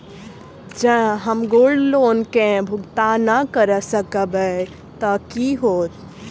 जँ हम gold loan केँ भुगतान न करऽ सकबै तऽ की होत?